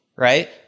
Right